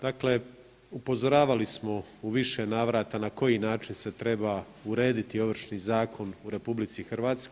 Dakle, upozoravali smo u više navrata na koji način se treba urediti Ovršni zakon u RH.